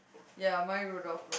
ya Maya-Rudolph